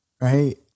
right